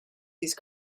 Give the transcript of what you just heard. these